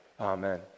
Amen